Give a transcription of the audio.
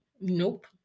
Nope